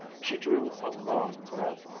she drew a long breath.